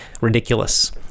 ridiculous